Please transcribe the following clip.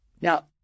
Now